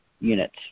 units